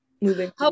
moving